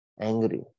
angry